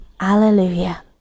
alleluia